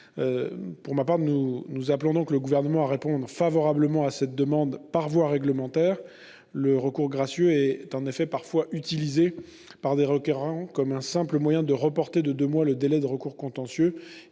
Pour sa part, la commission appelle le Gouvernement à répondre favorablement à cette demande par voie réglementaire. En effet, le recours gracieux est parfois utilisé par des requérants comme un simple moyen de reporter de deux mois le délai de recours contentieux.